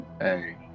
Hey